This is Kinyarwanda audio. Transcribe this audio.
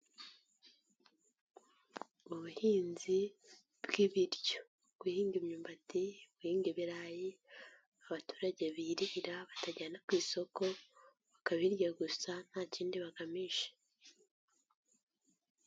Ubuhinzi bw'ibiryo guhinga imyumbati, guhinga ibirayi, abaturage birira batajyana ku isoko bakabirya gusa nta kindi bagamije.